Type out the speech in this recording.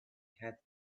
had